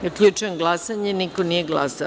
Zaključujem glasanje – niko nije glasao.